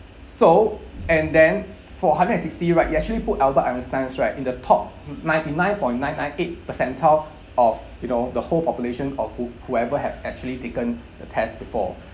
so and then for hundred and sixty right you actually put albert einstein right in the top n~ ninety nine point nine nine eight percentile of you know the whole population of who whoever had actually taken the test before